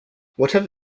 whatever